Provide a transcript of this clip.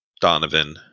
Donovan